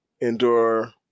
endure